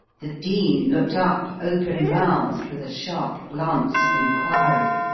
the dean looked up, open-mouthed, with a sharp glance of inquiry.